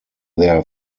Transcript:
their